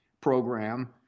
program